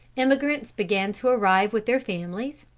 emigrants began to arrive with their families,